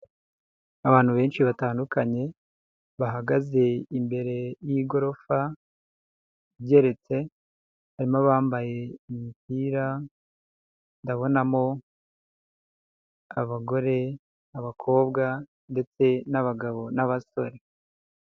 Abantu benshi batandukanye bahagaze imbere y'igorofa igeretse harimo abambaye imipira ndabonamo abagore n'abakobwa ndetse n'abagabo n'abasore.